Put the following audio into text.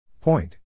Point